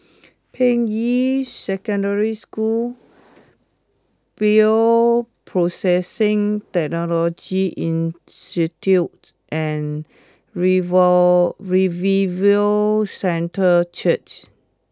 Ping Yi Secondary School Bioprocessing Technology Institute and Revo Revival Centre Church